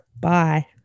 Bye